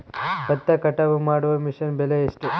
ಭತ್ತ ಕಟಾವು ಮಾಡುವ ಮಿಷನ್ ಬೆಲೆ ಎಷ್ಟು?